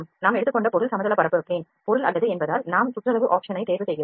நாம் எடுத்துக்கொண்ட பொருள் சமதள பரப்பு பொருள் அல்ல என்பதால் நாம் சுற்றளவு option ஐ தேர்வு செய்கிறோம்